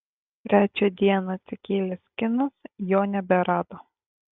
trečią dieną atsikėlęs kinas jo neberado